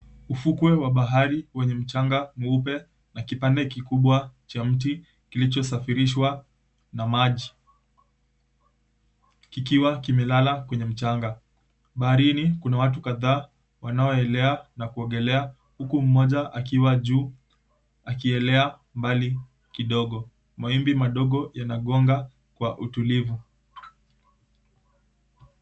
Ufukwe wa bahari wenye mchanga mweupe na kipande kikubwa cha mti kilichosafirishwa na maji, kikiwa kimelala kwenye mchanga. Baharini kuna watu kadhaa wanaoelea na kuogelea, huku mmoja akiwa juu akielea mbali kidogo. Mawimbi madogo yanagonga kwa utulivu.